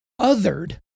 othered